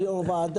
נתנה הוראה לחבר